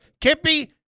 Kippy